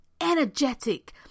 energetic